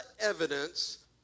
evidence